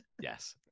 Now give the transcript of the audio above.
yes